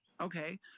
Okay